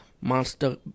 monster